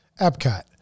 Epcot